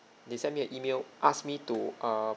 they sent me an email asked me to um